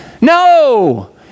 No